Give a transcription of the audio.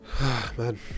man